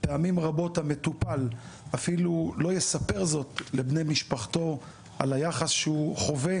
פעמים רבות המטופל אפילו לא יספר לבני משפחתו על היחס שהוא חווה,